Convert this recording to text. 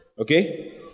Okay